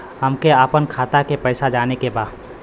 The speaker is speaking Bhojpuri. हमके आपन खाता के पैसा जाने के बा